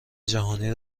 جهانی